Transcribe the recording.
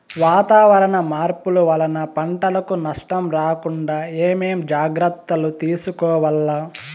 వాతావరణ మార్పులు వలన పంటలకు నష్టం రాకుండా ఏమేం జాగ్రత్తలు తీసుకోవల్ల?